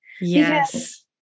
Yes